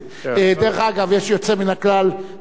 זה השר יצחק אהרונוביץ,